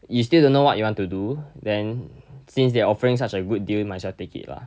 you still don't know what you want to do then since they are offering such a good deal might as well take it lah